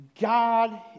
God